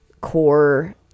core